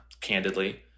candidly